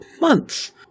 months